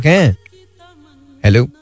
Hello